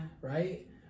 right